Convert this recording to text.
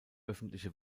öffentliche